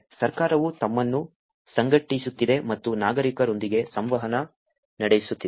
ಸರ್ಕಾರವು ತಮ್ಮನ್ನು ಸಂಘಟಿಸುತ್ತಿದೆ ಮತ್ತು ನಾಗರಿಕರೊಂದಿಗೆ ಸಂವಹನ ನಡೆಸುತ್ತಿದೆ